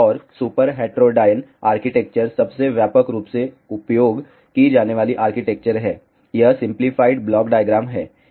और super heterodyne architecture सबसे व्यापक रूप से उपयोग की जाने वाली आर्किटेक्चर है यह सिंपलीफाइड ब्लॉक डायग्राम है